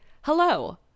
hello